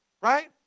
Right